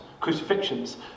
crucifixions